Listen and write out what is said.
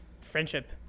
friendship